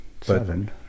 seven